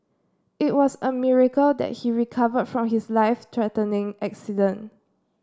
it was a miracle that he recovered from his life threatening accident